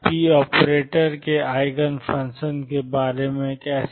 P operator के eigen function के बारे में कैसे